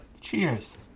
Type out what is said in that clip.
cheers